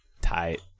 Tight